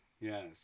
Yes